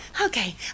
okay